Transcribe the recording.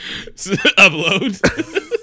Upload